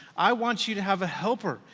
i want you to have a helper,